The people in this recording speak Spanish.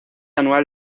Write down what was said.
anual